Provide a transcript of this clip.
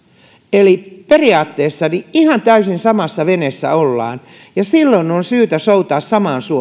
eli periaatteessa ihan täysin samassa veneessä ollaan ja silloin on syytä soutaa samaan